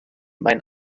mein